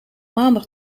maandag